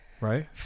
right